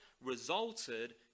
resulted